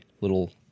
little